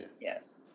Yes